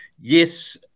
yes